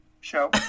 Show